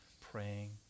praying